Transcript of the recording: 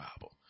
Bible